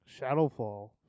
Shadowfall